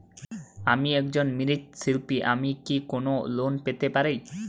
আমি একজন মৃৎ শিল্পী আমি কি কোন লোন পেতে পারি?